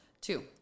Two